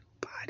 body